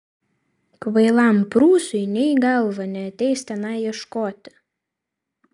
kvailam prūsui nė į galvą neateis tenai ieškoti